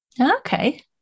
Okay